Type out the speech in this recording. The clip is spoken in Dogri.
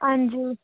हां जी